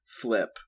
flip